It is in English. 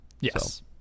Yes